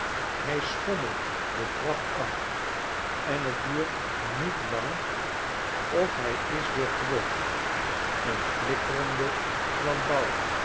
hy schomrnelt de trap af en t duurt niet lang of hij is weer terug een flikkerende